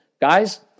Guys